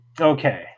Okay